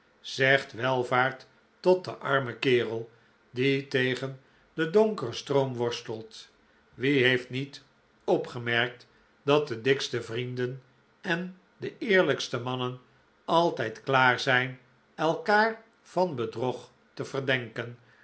zegt welvaart tot den armen kerel die tegen den donkeren stroom worstelt wie heeft niet opgemerkt dat de dikste vrienden en de eerlijkste mannen altijd klaar zijn elkaar van bedrog te verdenken